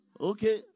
Okay